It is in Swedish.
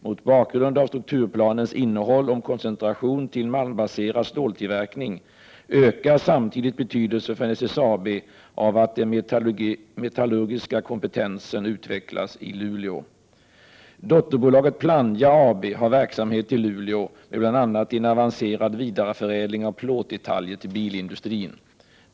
Mot bakgrund av strukturplanens innehåll om koncentration till malmbaserad ståltillverkning ökar samtidigt betydelsen för SSAB av att den metallurgiska kompetensen utvecklas i Luleå. Dotterbolaget Plannja AB har verksamhet i Luleå med bl.a. en avancerad vidareförädling av plåtdetaljer till bilindustrin.